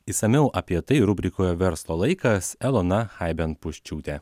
išsamiau apie tai rubrikoje verslo laikas elona chaiben puščiūtė